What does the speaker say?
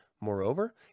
Moreover